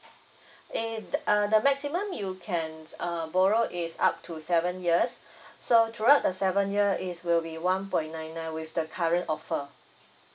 and the uh the maximum you can uh borrow is up to seven years so throughout the seven year it will be one point nine nine with the current offer